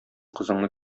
кызыңны